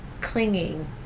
clinging